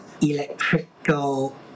electrical